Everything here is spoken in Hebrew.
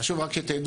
חשוב רק שתדעו,